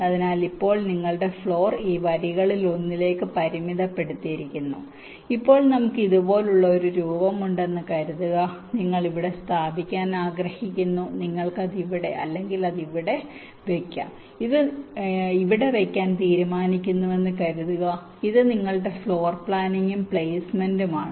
അതിനാൽ ഇപ്പോൾ നിങ്ങളുടെ ഫ്ലോർ ഈ വരികളിലൊന്നിലേക്ക് പരിമിതപ്പെടുത്തിയിരിക്കുന്നു ഇപ്പോൾ നമുക്ക് ഇതുപോലുള്ള ഒരു രൂപമുണ്ടെന്ന് കരുതുക നിങ്ങൾ സ്ഥാപിക്കാൻ ആഗ്രഹിക്കുന്നു നിങ്ങൾക്ക് അത് ഇവിടെ അല്ലെങ്കിൽ ഇവിടെ അല്ലെങ്കിൽ ഇവിടെ വയ്ക്കാം നിങ്ങൾ ഇത് ഇവിടെ വയ്ക്കാൻ തീരുമാനിക്കുന്നുവെന്ന് കരുതുക ഇത് നിങ്ങളുടെ ഫ്ലോർ പ്ലാനിംഗും പ്ലേസ്മെന്റും ആണ്